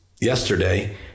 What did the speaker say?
yesterday